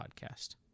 Podcast